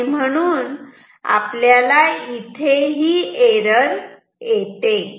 आणि म्हणून आपल्याला इथे ही एरर येते